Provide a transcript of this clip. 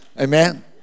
Amen